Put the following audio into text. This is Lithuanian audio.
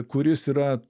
kuris yra